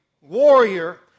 warrior